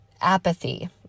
apathy